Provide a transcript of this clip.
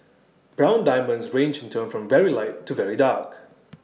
brown diamonds range in tone from very light to very dark